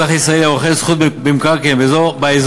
אזרח ישראלי הרוכש זכות במקרקעין באזור,